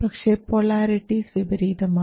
പക്ഷേ പൊളാരിറ്റിസ് വിപരീതമാണ്